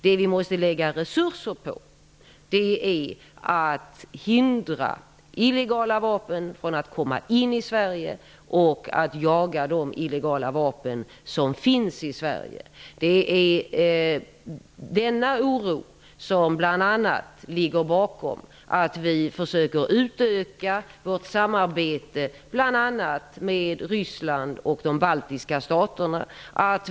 Det vi måste lägga resurser på är att hindra att illegala vapen kommer in i Sverige och att jaga de illegala vapen som finns i Sverige. Det är oro därvidlag som ligger bakom vårt försök att utöka samarbetet bl.a. med Ryssland och de baltiska staterna.